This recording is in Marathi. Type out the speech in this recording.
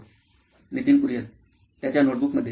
Nitin Kurian COO nine electronics त्याच्या नोट बुकमध्ये